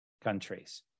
countries